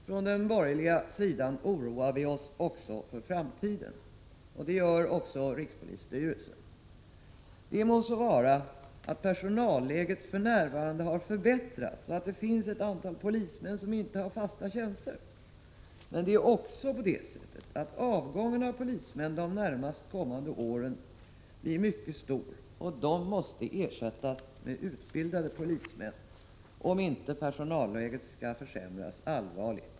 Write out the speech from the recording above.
Från den borgerliga sidan oroar vi oss också för framtiden. Det gör också rikspolisstyrelsen. Det må så vara att personalläget för närvarande har förbättrats och att det finns ett antal polismän som inte har fasta tjänster. Men det är också så att avgången av polismän de närmast kommande åren är mycket stor, och de måste ersättas med utbildade polismän, om inte personalläget skall försämras allvarligt.